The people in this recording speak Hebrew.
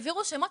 העבירו שמות,